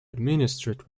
administered